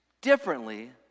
differently